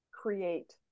create